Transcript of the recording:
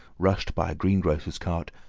rushed by greengrocer's cart,